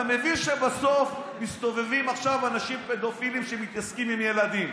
אתה מבין שבסוף מסתובבים עכשיו אנשים פדופילים שמתעסקים עם ילדים?